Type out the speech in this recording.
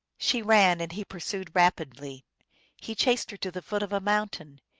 she ran, and he pursued rapidly he chased her to the foot of a mountain.